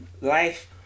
Life